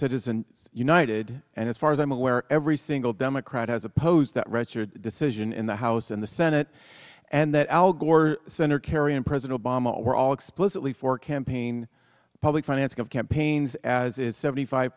citizens united and as far as i'm aware every single democrat has opposed that richard decision in the house and the senate and that al gore senator kerry and president obama were all explicitly for campaign public financing of campaigns as is seventy five